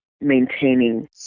maintaining